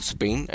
Spain